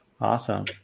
awesome